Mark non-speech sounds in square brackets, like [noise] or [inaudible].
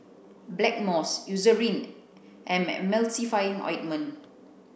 Blackmores Eucerin and Emulsy [unintelligible] ointment